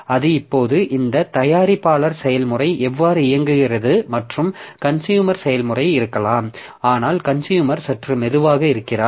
அது இப்போது இந்த தயாரிப்பாளர் செயல்முறை எவ்வாறு இயங்குகிறது மற்றும் கன்சுயூமர் செயல்முறை இருக்கலாம் ஆனால் கன்சுயூமர் சற்று மெதுவாக இருக்கிறார்